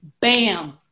Bam